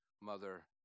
mother